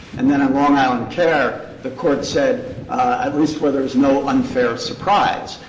and then in long island care, the court said at least where there is no unfair surprise.